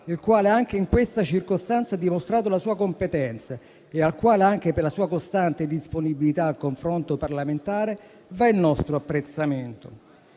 il quale anche in questa circostanza ha dimostrato la sua competenza e al quale, anche per la sua costante disponibilità al confronto parlamentare, va il nostro apprezzamento.